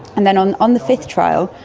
and then on on the fifth trial,